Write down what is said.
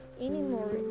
anymore